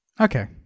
okay